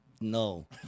No